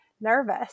nervous